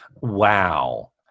Wow